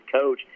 coach